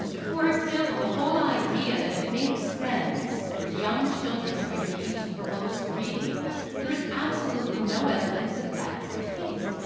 and for example, the whole idea that it makes sense for yo ung children to engage in close reading there is absolutely no evidence that that's the case.